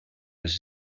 las